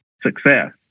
success